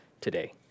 today